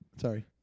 Sorry